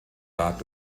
lag